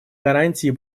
гарантии